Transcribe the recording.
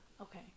Okay